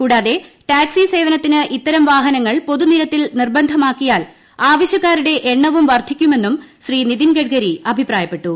കൂടാതെ ടാക്സി സേവനത്തിന് ഇത്തരം വാഹനങ്ങൾ പൊതു നിരത്തിൽ നിർബന്ധമാക്കിയാൽ ആവശ്യക്കാരുടെ എണ്ണവും വർദ്ധിക്കുമെന്നും ശ്രീ നിതിൻ ഗഡ്കരി അഭിപ്രായപ്പെട്ടു